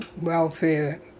welfare